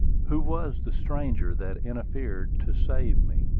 who was the stranger that interfered to save me?